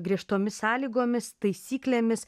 griežtomis sąlygomis taisyklėmis